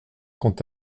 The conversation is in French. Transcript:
quant